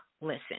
listen